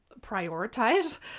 prioritize